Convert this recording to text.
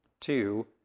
Two